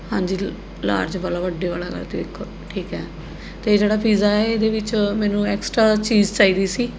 ਹਾਂਜੀ ਲਾਰਜ ਵਾਲਾ ਵੱਡੇ ਵਾਲਾ ਕਰ ਦਿਉ ਇੱਕ ਠੀਕ ਹੈ ਅਤੇ ਜਿਹੜਾ ਪੀਜ਼ਾ ਹੈ ਇਹਦੇ ਵਿੱਚ ਮੈਨੂੰ ਐਕਸਟਰਾਂ ਚੀਜ਼ ਚਾਹੀਦੀ ਸੀ